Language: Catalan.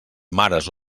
mares